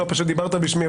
דיברת בשמי.